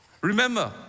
Remember